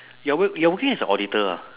your work you are working as a auditor ah